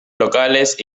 locales